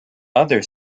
other